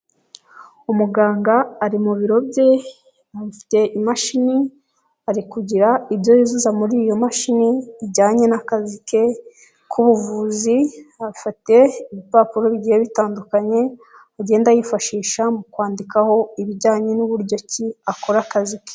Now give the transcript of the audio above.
Umuganga ari mu biro bye, afite imashini ari kugira ibyo yuzuza muri iyo mashini bijyanye n'kazi ke k'ubuvuzi, afite ibipapuro bigiye bitandukanye agenda yifashisha mu kwandikaho ibijyanye n'uburyo ki akora akazi ke.